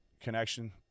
Connection